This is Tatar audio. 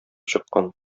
чыккан